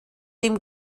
dem